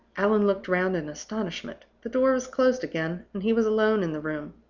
allan looked round in astonishment. the door was closed again, and he was alone in the room.